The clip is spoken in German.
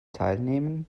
teilnehmen